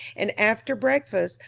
and, after breakfast,